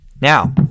Now